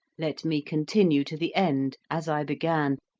let me continue to the end, as i began,